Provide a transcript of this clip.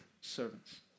servants